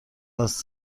است